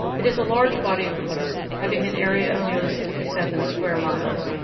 it is a large body of water, having an area of nearly sixty-seven square miles.